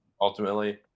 ultimately